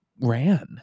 ran